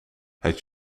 het